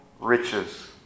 riches